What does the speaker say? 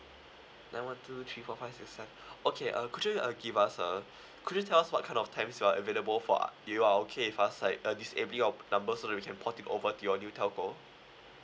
nine one two three four five six seven okay uh could you uh give us uh could you tell us what kind of times you're available for u~ you are okay with us like uh disabling your number so that we can port it over to your new telco